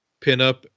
pinup